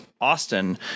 austin